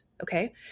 Okay